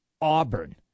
Auburn